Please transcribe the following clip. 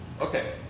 Okay